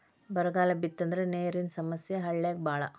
ಬರಗಾಲ ಬಿತ್ತಂದ್ರ ನೇರಿನ ಸಮಸ್ಯೆ ಹಳ್ಳ್ಯಾಗ ಬಾಳ